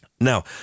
now